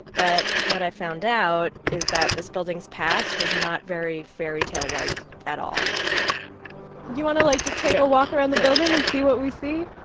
but what i found out is that this building's past is not very fairytale-like at all you want to like just take a walk around the building and see what we see?